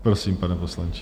Prosím, pane poslanče.